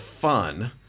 fun